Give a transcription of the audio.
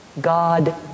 God